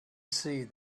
see